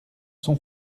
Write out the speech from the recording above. son